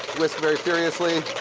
whisk very furiously.